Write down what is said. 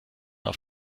auf